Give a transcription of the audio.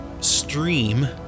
stream